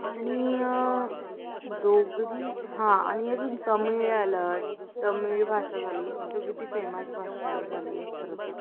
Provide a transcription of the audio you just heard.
आणि डोगरी हां आणि अजून तमिळ आलं तमिळ भाषा झाली ती तर किती फेमस भाषा झाली आहे खरं तर